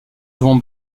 souvent